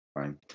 Fine